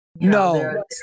No